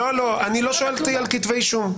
לא שאלתי על כתבי אישום.